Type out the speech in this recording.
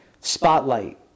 Spotlight